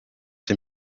sie